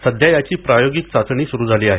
सध्या याची प्रायोगिक चाचणी सुरू झाली आहे